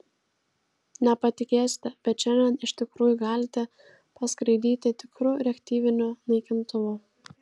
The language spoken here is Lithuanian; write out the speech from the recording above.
nepatikėsite bet šiandien iš tikrųjų galite paskraidyti tikru reaktyviniu naikintuvu